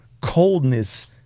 coldness